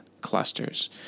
clusters